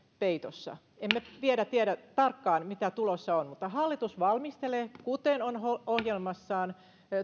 peitossa emme vielä tiedä tarkkaan mitä tulossa on mutta hallitus valmistelee kuten on ohjelmassaan